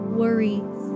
worries